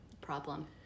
problem